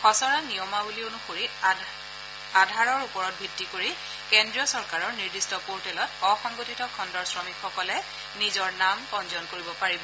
খচৰা নিয়মাৱলী অনুসৰি আধাৰৰ ওপৰত ভিত্তি কৰি কেন্দ্ৰীয় চৰকাৰৰ নিৰ্দিষ্ট পৰ্টেলত অসংগঠিত খণ্ডৰ শ্ৰমিকসকলে নিজৰ পঞ্জীয়ন কৰিব পাৰিব